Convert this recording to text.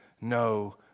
no